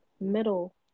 middle